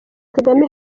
kagame